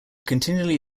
continually